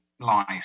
lies